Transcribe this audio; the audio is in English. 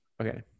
Okay